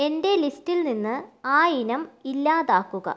എന്റെ ലിസ്റ്റിൽ നിന്ന് ആ ഇനം ഇല്ലാതാക്കുക